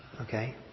Okay